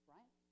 Right